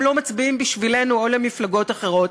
לא מצביעים בשבילנו או למפלגות אחרות.